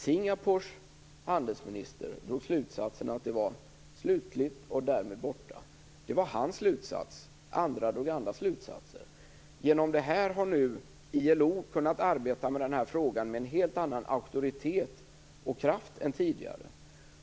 Singapores handelsminister drog slutsatsen att frågorna därmed var borttagna. Det var hans slutsats, andra drog andra slutsatser. Till följd av detta har nu ILO kunnat arbeta med denna fråga med en helt annan kraft och auktoritet än tidigare.